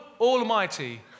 Almighty